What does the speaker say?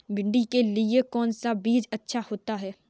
भिंडी के लिए कौन सा बीज अच्छा होता है?